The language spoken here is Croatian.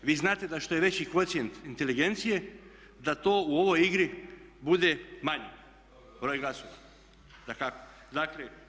Vi znate da što je veći kvocijent inteligencije da to u ovoj igri bude manji broj glasova dakako.